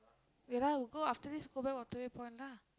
ya lah we go after this we go back Waterway-Point lah